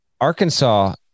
Arkansas